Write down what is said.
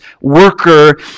worker